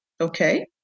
Okay